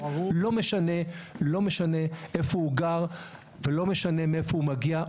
לא משנה איפה הוא גר ולא משנה מאיפה הוא מגיע,